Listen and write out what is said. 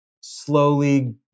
slowly